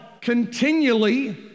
continually